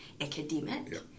academic